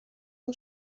اون